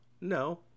No